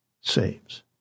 saves